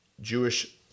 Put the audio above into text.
Jewish